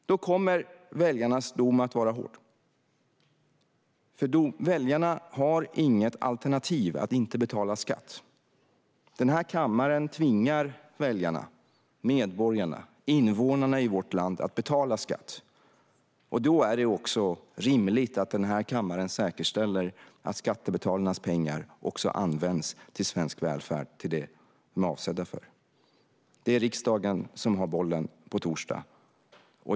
Då kommer väljarnas dom att vara hård. Väljarna har inget alternativ att inte betala skatt. Den här kammaren tvingar väljarna, medborgarna och invånarna i vårt land att betala skatt. Då är det rimligt att den här kammaren säkerställer att skattebetalarnas pengar också används till svensk välfärd - till det de är avsedda för. Det är riksdagen som har bollen på torsdag.